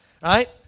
right